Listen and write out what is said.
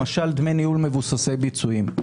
למשל דמי ניהול מבוססי ביצועים.